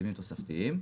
תקציבים תוספתיים.